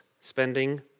spending